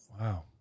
Wow